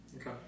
Okay